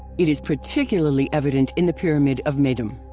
it is particularly evident in the pyramid of meidum.